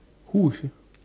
who sia